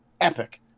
epic